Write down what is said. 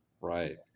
Right